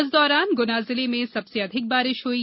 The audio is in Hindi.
इस दौरान गुना जिले में सबसे अधिक बारिश हुई है